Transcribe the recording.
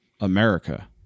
America